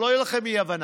שלא תהיה לכם אי-הבנה.